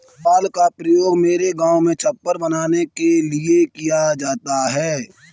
पुआल का उपयोग मेरे गांव में छप्पर बनाने के लिए किया जाता है